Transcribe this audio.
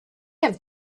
have